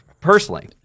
personally